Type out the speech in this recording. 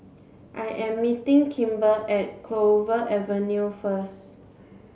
I am meeting Kimber at Clover Avenue first